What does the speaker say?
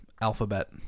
Alphabet